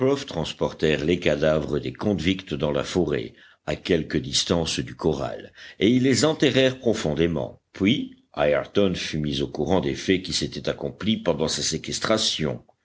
transportèrent les cadavres des convicts dans la forêt à quelque distance du corral et ils les enterrèrent profondément puis ayrton fut mis au courant des faits qui s'étaient accomplis pendant sa séquestration